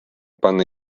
panna